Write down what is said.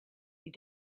you